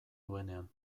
duenean